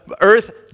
earth